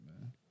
man